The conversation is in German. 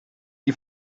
die